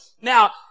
Now